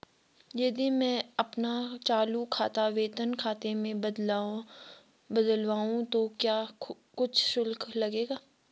यदि मैं अपना चालू खाता वेतन खाते में बदलवाऊँ तो क्या कुछ शुल्क लगेगा?